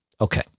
Okay